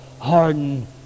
harden